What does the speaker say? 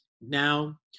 now